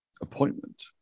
appointment